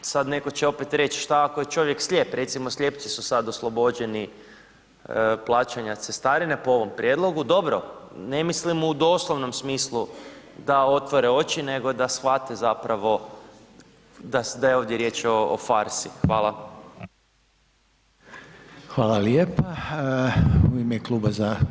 Sad neko će opet reć šta ako je čovjek slijep, recimo slijepci su sad oslobođeni plaćanja cestarine po ovome prijedlogu, dobro, ne mislim u doslovnom smislu da otvore oči nego da shvate zapravo da je ovdje riječ o farsi, hvala.